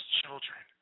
children